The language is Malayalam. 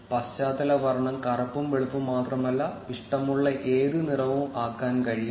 പശ്ചാത്തല വർണ്ണം കറുപ്പും വെളുപ്പും മാത്രമല്ല ഇഷ്ടമുള്ള ഏതു നിറവും ആക്കാൻ കഴിയും